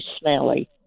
smelly